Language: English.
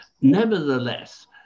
nevertheless